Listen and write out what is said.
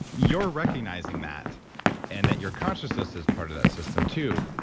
you're recognizing that and that your consciousness is part of that system too.